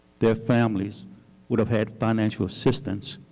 their families would have had financial assistance